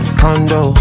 condo